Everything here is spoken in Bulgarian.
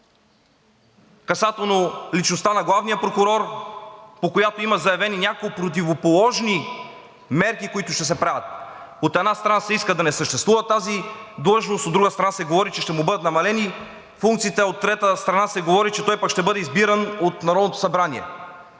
касателно личността на главния прокурор, по която има заявени няколко противоположни мерки, които ще се правят. От една страна, се иска да не съществува тази длъжност, от друга страна, се говори, че ще му бъдат намалени функциите, от трета страна, се говори, че той пък ще бъде избиран от Народното събрание.